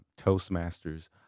Toastmasters